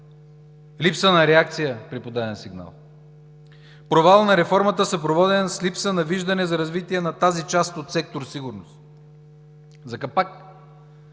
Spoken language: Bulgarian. Липса на реакция при подаден сигнал. Провалът на реформата е съпроводен с липса на виждане за развитие на тази част от сектор „Сигурност“. За капак